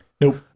nope